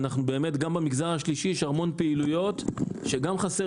גם במגזר השלישי יש המון פעילויות שגם חסר